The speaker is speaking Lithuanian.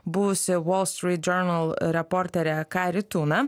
buvusi wallstreet journal reporterė kari tuna